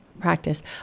Practice